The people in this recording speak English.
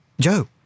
Joe